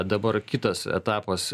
dabar kitas etapas